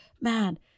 Man